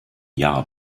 jahr